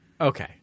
Okay